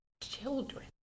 children